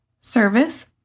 Service